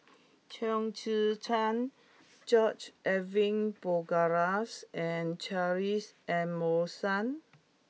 Chong Tze Chien George Edwin Bogaars and Charles Emmerson